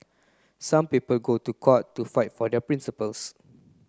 some people go to court to fight for their principles